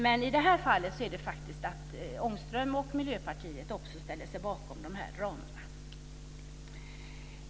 Men i det här fallet ställer sig också Fru talman!